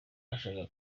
bashakaga